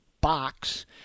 box